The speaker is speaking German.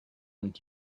und